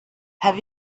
have